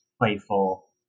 playful